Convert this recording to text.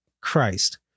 Christ